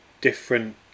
different